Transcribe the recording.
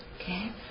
Okay